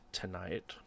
tonight